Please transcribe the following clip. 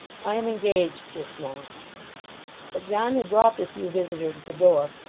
i am engaged just now but john had brought this new visitor to the door,